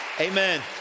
amen